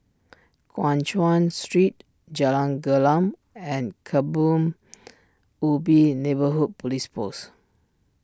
Guan Chuan Street Jalan Gelam and Kebun Ubi Neighbourhood Police Post